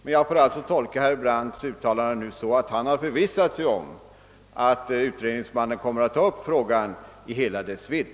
Men nu tolkar jag herr Brandts uttalande på det sättet att han har förvissat sig om att utredningsmannen kommer att ta upp frågan i hela dess vidd.